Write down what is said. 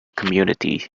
community